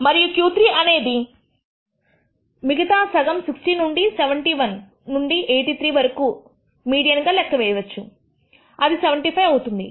మరియు Q3 అనేది మిగతా సగం 60 నుండి 71 నుండి 83 వరకు యొక్క మీడియన్ గా లెక్క చేయవచ్చు అది 75 అవుతుంది